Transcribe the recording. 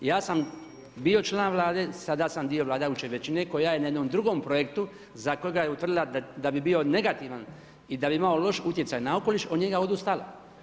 Ja sam bio član Vlade, sada sam dio vladajuće većina koja je na jednom drugom projektu, za kojega je utvrdila da bi bio negativan i da bi imao loš utjecaj na okoliš, od njega odustala.